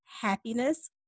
Happiness